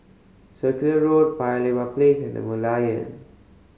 Circular Road Paya Lebar Place and The Merlion